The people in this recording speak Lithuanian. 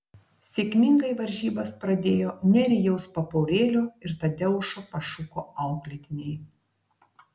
sėkmingai varžybas pradėjo nerijaus papaurėlio ir tadeušo pašuko auklėtiniai